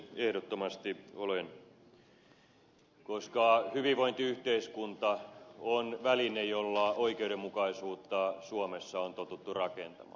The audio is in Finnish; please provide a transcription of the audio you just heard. ehdottomasti olen koska hyvinvointiyhteiskunta on väline jolla oikeudenmukaisuutta suomessa on totuttu rakentamaan